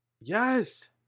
Yes